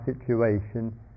situation